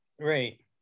Right